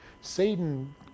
Satan